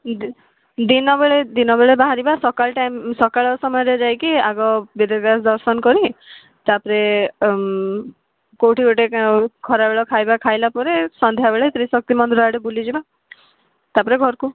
ଦିନବେଳେ ଦିନବେଳେ ବାହାରିବା ସକାଳ ଟାଇମ୍ ସକାଳ ସମୟରେ ଯାଇକି ଆଗ ବେଦବ୍ୟାସ ଦର୍ଶନ କରି ତାପରେ କୋଉଠି ଗୋଟେ ଖରାବେଳ ଖାଇବା ଖାଇଲା ପରେ ସନ୍ଧ୍ୟାବେଳେ ତ୍ରିଶକ୍ତି ମନ୍ଦିର ଆଡ଼େ ବୁଲିଯିବା ତାପରେ ଘରକୁ